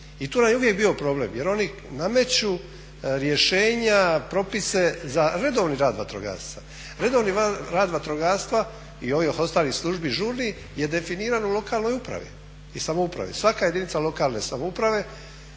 I tu nam je uvijek bio problem jer oni nameću rješenja, propise za redovni rad vatrogasaca. Redovni rad vatrogastva i ovih ostalih službi žurnih je definirano u lokalnoj upravi i samoupravi. Svaka jedinica lokalne samouprave